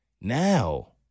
Now